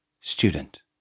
Student